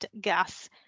gas